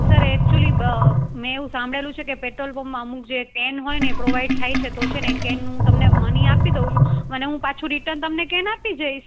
sir actually મેં એવુ સાંભળેલું છે કે પેટ્રોલપંપમાં અમુક જે કેન હોય ને એ પ્રોવાઈડ થાય છે તો છે ને કેન હું તમને મની આપી દઉ છું મને હું પાછું રિટર્ન તમને કેન આપી જઈશ